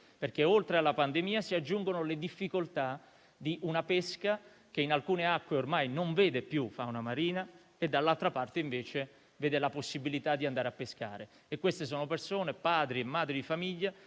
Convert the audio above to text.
perché oltre alla pandemia si aggiungono le difficoltà di una pesca, che in alcune acque ormai non vede più fauna marina e dall'altra parte, invece, vede la possibilità di andare a pescare. Si tratta di persone, padri e madri di famiglia,